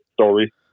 story